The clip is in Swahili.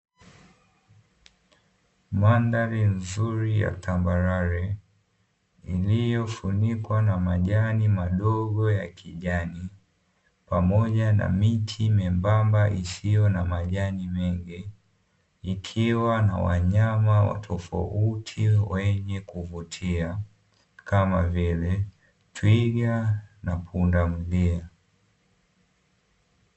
Madhari nzuri ya tambarare iliyofukikwa na majani madogo ya kijani pamoja na miti membamba siyo na majani mengi, ikiwa na wanyama wa tofauti wenye kuvutia kamavile twiga na pundamilia.